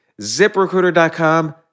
ZipRecruiter.com